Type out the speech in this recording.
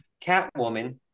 Catwoman